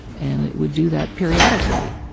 and it would do that, periodically.